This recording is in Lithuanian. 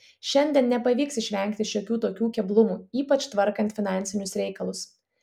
šiandien nepavyks išvengti šiokių tokių keblumų ypač tvarkant finansinius reikalus